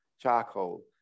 charcoal